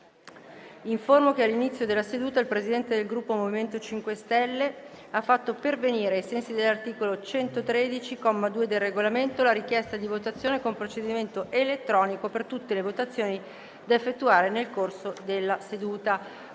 che all'inizio della seduta il Presidente del Gruppo MoVimento 5 Stelle ha fatto pervenire, ai sensi dell'articolo 113, comma 2, del Regolamento, la richiesta di votazione con procedimento elettronico per tutte le votazioni da effettuare nel corso della seduta.